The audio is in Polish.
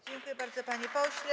Dziękuję bardzo, panie pośle.